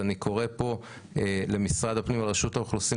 אני קורא פה למשרד הפנים ורשות האוכלוסין,